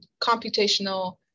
computational